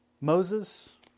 Moses